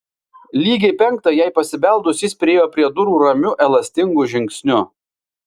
lygiai penktą jai pasibeldus jis priėjo prie durų ramiu elastingu žingsniu